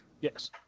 yes